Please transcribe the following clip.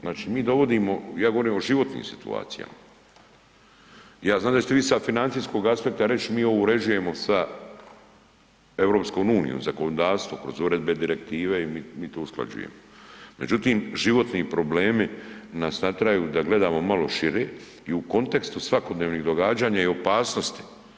Znači mi dovodimo, ja govorim o životnim situacijama, ja znam da ćete vi sa financijskog aspekta reć mi ovo uređujemo sa EU zakonodavstvom kroz uredbe, direktive mi to usklađujemo, međutim životni problemi nas nateraju da gledamo malo šire i u kontekstu svakodnevnih događanja i opasnosti.